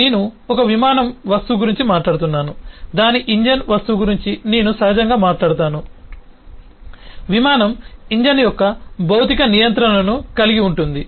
నేను ఒక విమానం వస్తువు గురించి మాట్లాడుతున్నాను దాని ఇంజిన్ వస్తువు గురించి నేను సహజంగా మాట్లాడతాను విమానం ఇంజిన్ యొక్క భౌతిక నియంత్రణను కలిగి ఉంటుంది